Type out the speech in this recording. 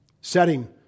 setting